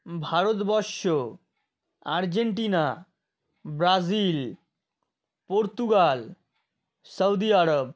Bharatvarsha Argentina Brazil Portugal Saudi Arab